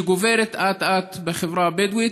שגוברת אט-אט בחברה הבדואית.